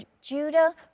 Judah